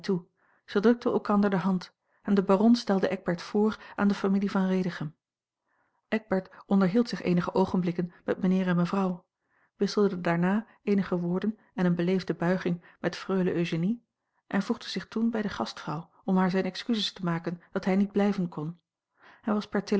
zij drukten elkander de hand en de baron stelde eckbert voor aan de familie van redichem eckbert onderhield zich eenige oogenblikken met mijnheer en mevrouw wisselde daarna eenige woorden en eene beleefde buiging met freule eugenie en voegde zich toen bij de gastvrouw om haar zijne excuses te maken dat hij niet blijven kon hij was